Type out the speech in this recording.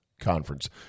conference